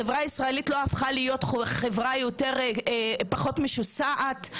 החברה הישראלית לא הפכה להיות חברה פחות משוסעת.